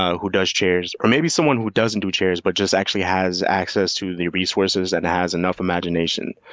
ah who does chairs, or maybe someone who doesn't do chairs but just actually has access to the resources and has enough imagination,